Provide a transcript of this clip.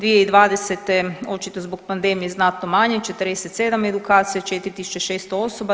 2020. očito zbog pandemije znatno manje 47 edukacija, 4.600 osoba.